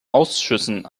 ausschüssen